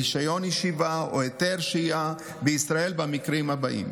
רישיון ישיבה או היתר שהייה בישראל במקרים הבאים: